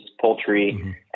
poultry